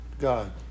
God